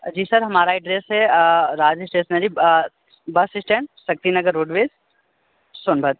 जी sir हमारा address है Raj stationery bus stand Shakti Nagar roadways Sonbhadra